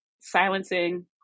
silencing